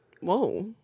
Whoa